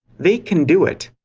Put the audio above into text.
they can do it.